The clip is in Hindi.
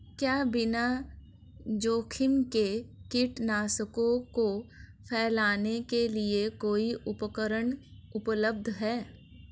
क्या बिना जोखिम के कीटनाशकों को फैलाने के लिए कोई उपकरण उपलब्ध है?